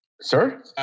sir